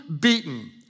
beaten